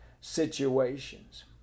situations